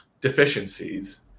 deficiencies